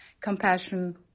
compassion